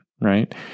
right